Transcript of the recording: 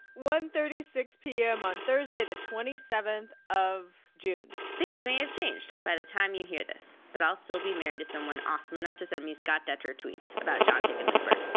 one thirty six p m. on thursday the twenty seven of june things may have changed by the time you hear this. but i'll still be married to someone awesome enough to send me scott detrow tweets about john hickenlooper.